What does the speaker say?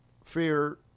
Fear